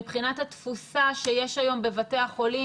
מבחינת התפוסה שיש היום בבתי החולים